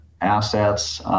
assets